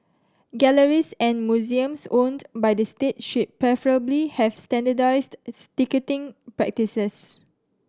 galleries and museums owned by the state should preferably have standardised its ticketing practices